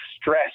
stress